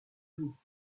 jours